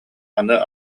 аны